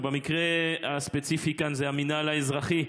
ובמקרה הספציפי כאן זה המינהל האזרחי,